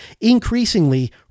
increasingly